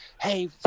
hey